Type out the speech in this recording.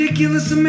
ridiculous